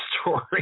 story